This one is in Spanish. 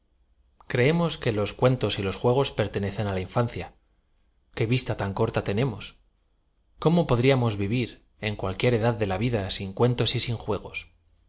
creemos que los cuentos y los juegos pertenecen á la iníancia iqué vista tan corta tenemos cómo podríamos v iv ir en cualquier edad de la vida sin cuentos y sin juegoa